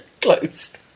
Close